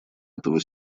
этого